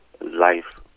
life